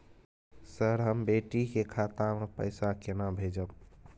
Sir, हम बेटी के खाता मे पैसा केना भेजब?